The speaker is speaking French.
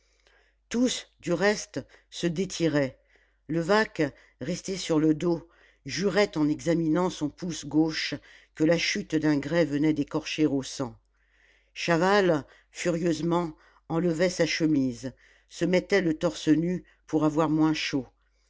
tous du reste se détiraient levaque resté sur le dos jurait en examinant son pouce gauche que la chute d'un grès venait d'écorcher au sang chaval furieusement enlevait sa chemise se mettait le torse nu pour avoir moins chaud